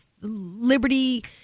liberty